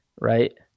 right